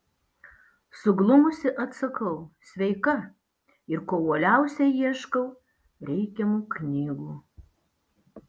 suglumusi atsakau sveika ir kuo uoliausiai ieškau reikiamų knygų